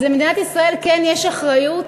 אז למדינת ישראל כן יש אחריות,